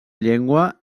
llengua